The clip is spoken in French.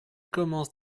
commence